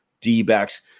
d-backs